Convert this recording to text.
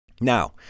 Now